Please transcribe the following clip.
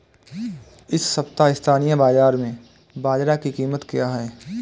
इस सप्ताह स्थानीय बाज़ार में बाजरा की कीमत क्या है?